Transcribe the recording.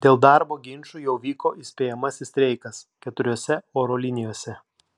dėl darbo ginčų jau vyko įspėjamasis streikas keturiose oro linijose